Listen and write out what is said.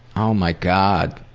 oh my god,